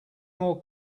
more